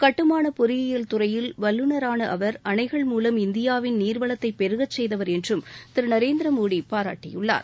கட்டுமான பொறியியல் துறையில் வல்லுநரான அவர் அணைகள் மூலம் இந்தியாவின் நீர்வளத்தை பெருகச்செய்தவர் என்றும் திரு நரேந்திரமோடி பாராட்டியுள்ளார்